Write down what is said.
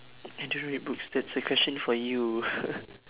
I don't read books that's a question for you